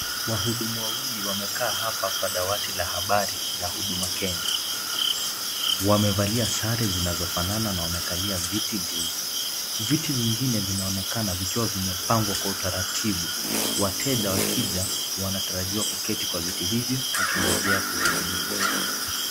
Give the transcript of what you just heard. Wahudumu wawili wamekaa hapa kwa dawati la habari la Huduma Kenya. wamevalia sare zinazofanana na wamekalia viti vyeusi. Viti vingine vinaonekana vikiwa vimepangwa kwa utaratibu. wateja wakija wanatarajiwa kuketi kwa viti hivyo wakingojea kuhudumiwa.